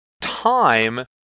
time